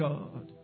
God